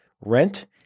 rent